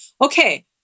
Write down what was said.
Okay